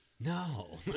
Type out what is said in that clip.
no